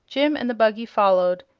jim and the buggy followed,